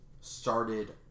started